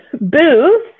Booth